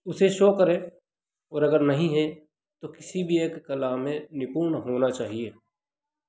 उसे शो करें और अगर नहीं है तो किसी भी एक कला में निपुण होना चाहिए